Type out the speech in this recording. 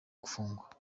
gufungwa